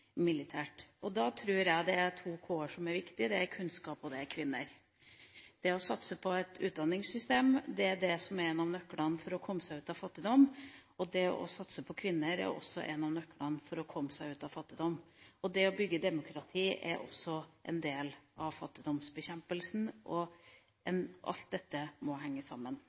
Da tror jeg det er to k-er som er viktige, det er k for kunnskap og k for kvinner. Det å satse på et utdanningssystem er en av nøklene til å komme seg ut av fattigdom, og det samme er det å satse på kvinner. Det å bygge demokrati er også en del av